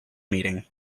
meeting